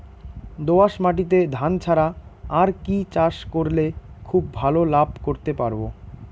দোয়াস মাটিতে ধান ছাড়া আর কি চাষ করলে খুব ভাল লাভ করতে পারব?